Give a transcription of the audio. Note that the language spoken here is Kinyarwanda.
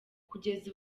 kugeza